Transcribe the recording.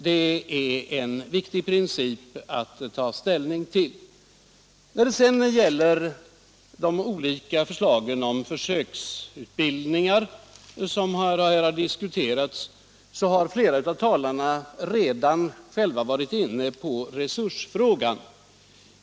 Det är en viktig princip att ta ställning till. När det sedan gäller de olika förslagen om försöksutbildningar, som har diskuterats, har flera av talarna redan varit inne på resursfrågan.